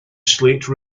slate